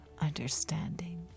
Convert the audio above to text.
understanding